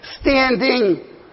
Standing